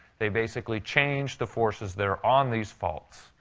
they basically changed the forces there on these faults,